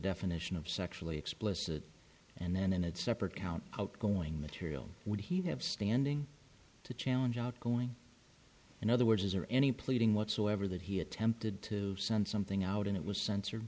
definition of sexually explicit and then in its separate account outgoing material would he have standing to challenge outgoing in other words or any pleading whatsoever that he attempted to send something out and it was censored